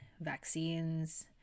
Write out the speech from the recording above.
vaccines